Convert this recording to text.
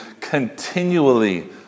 continually